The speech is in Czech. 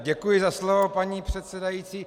Děkuji za slovo, paní předsedající.